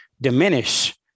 diminish